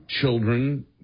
children